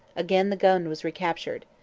again the gun was recaptured.